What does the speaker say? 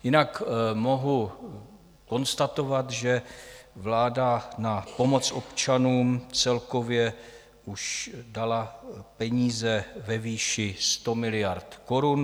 Jinak mohu konstatovat, že vláda na pomoc občanům celkově už dala peníze ve výši zhruba 100 miliard korun.